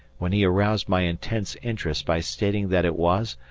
when he aroused my intense interest by stating that it was,